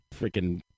freaking